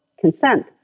consent